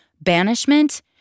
Banishment